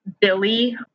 Billy